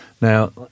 Now